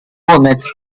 format